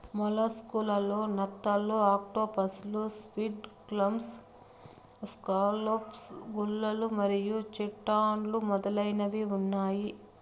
mollusc లలో నత్తలు, ఆక్టోపస్లు, స్క్విడ్, క్లామ్స్, స్కాలోప్స్, గుల్లలు మరియు చిటాన్లు మొదలైనవి ఉన్నాయి